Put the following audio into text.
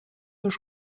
już